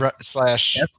slash